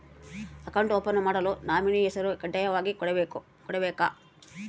Account open ಮಾಡಲು nominee ಹೆಸರು ಕಡ್ಡಾಯವಾಗಿ ಕೊಡಬೇಕಾ?